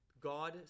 God